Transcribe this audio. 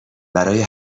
برای